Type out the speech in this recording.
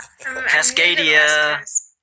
Cascadia